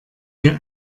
mir